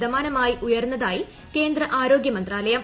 ശതമാനമായി ഉയർന്നതായി കേന്ദ്ര ആരോഗ്യ മന്താലയം